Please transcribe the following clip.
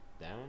down